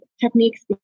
techniques